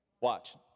Watch